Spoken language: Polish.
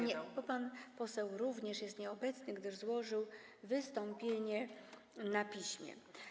Nie, bo pan poseł również jest nieobecny, gdyż złożył wystąpienie na piśmie.